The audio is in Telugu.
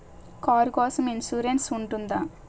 కారు కోసం ఇన్సురెన్స్ ఉంటుందా?